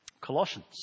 Colossians